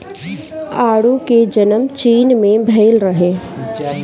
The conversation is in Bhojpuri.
आडू के जनम चीन में भइल रहे